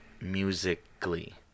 musically